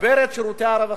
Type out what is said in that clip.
נתגבר את שירותי הרווחה,